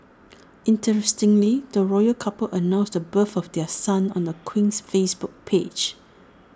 interestingly the royal couple announced the birth of their son on the Queen's Facebook page